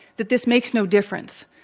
that this makes no difference,